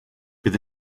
bydd